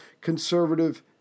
conservative